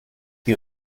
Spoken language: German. die